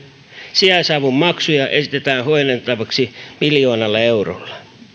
sijaisavun maksuja esitetään huojennettavaksi miljoonalla eurolla